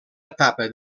etapa